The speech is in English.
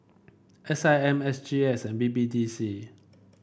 S I M S G X and B B D C